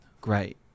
great